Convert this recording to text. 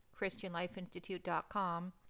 christianlifeinstitute.com